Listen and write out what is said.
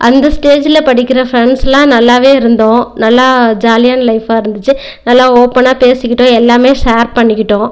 அந்த ஸ்டேஜுயில் படிக்கிற ஃப்ரெண்ட்ஸ்லாம் நல்லாவே இருந்தோம் நல்லா ஜாலியான லைஃபாக இருந்துச்சு நல்லா ஓப்பனாக பேசிக்கிட்டோம் எல்லாமே ஷேர் பண்ணிக்கிட்டோம்